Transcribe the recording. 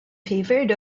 favored